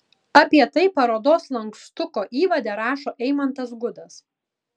apie tai parodos lankstuko įvade rašo eimantas gudas